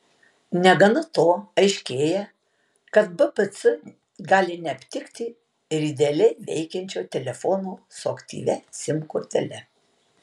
negana to aiškėja kad bpc gali neaptikti ir idealiai veikiančio telefono su aktyvia sim kortele